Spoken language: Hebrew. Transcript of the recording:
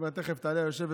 תכף תעלה היושבת-ראש,